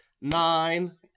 nine